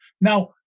now